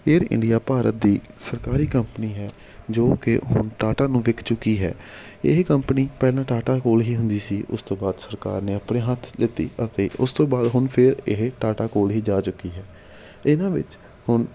air India Bharat ਦੀ ਸਰਕਾਰੀ company ਹੈ ਜੋ ਕਿ ਹੁਣ ਟਾਟਾ ਨੂੰ ਵਿਕ ਚੁੱਕੀ ਹੈ ਇਹ ਕੰਪਨੀ ਪਹਿਲਾਂ ਟਾਟਾ ਕੋਲ ਹੀ ਹੁੰਦੀ ਸੀ ਉਸ ਤੋਂ ਬਾਅਦ ਸਰਕਾਰ ਨੇ ਆਪਣੇ ਹੱਥ ਲਿੱਤੀ ਅਤੇ ਉਸ ਤੋਂ ਬਾਅਦ ਹੁਣ ਫਿਰ ਇਹ ਟਾਟਾ ਕੋਲ ਹੀ ਜਾ ਚੁੱਕੀ ਹੈ ਇਹਨਾਂ ਵਿੱਚ ਹੁਣ